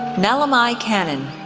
nallammai kannan,